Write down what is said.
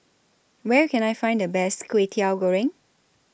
Where Can I Find The Best Kwetiau Goreng